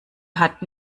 hat